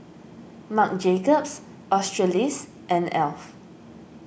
Marc Jacobs Australis and Alf